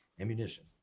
Ammunition